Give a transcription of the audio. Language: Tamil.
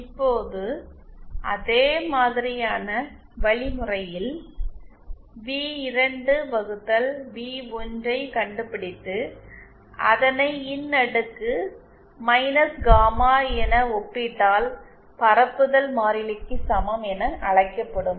இப்போது அதே மாதிரியான வழிமுறையில் வி2 வகுத்தல் வி1 ஐக் கண்டுபிடித்து அதனை இன் அடுக்கு மைனஸ் காமா என ஒப்பிட்டால் பரப்புதல் மாறிலிக்கு சமம் என அழைக்கப்படும்